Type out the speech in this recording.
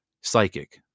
psychic